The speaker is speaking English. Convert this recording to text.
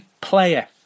player